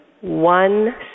one